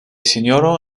sinjoro